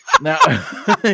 now